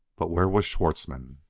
but where was schwartzmann?